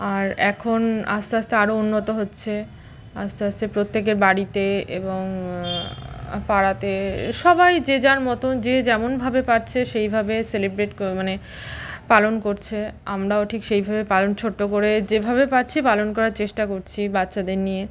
আর এখন আস্তে আস্তে আরও উন্নত হচ্ছে আস্তে আস্তে প্রত্যেকের বাড়িতে এবং পাড়াতে সবাই যে যার মতন যে যেমনভাবে পারছে সেইভাবে সেলিব্রেট ক মানে পালন করছে আমরাও ঠিক সেইভাবে পালন ছোট্টো করে যেভাবে পাচ্ছি পালন করার চেষ্টা করছি বাচ্চাদের নিয়ে